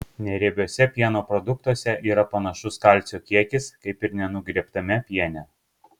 neriebiuose pieno produktuose yra panašus kalcio kiekis kaip ir nenugriebtame piene